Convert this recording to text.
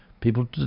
people